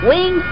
Wing